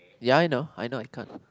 ya I know I know I can't